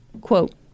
quote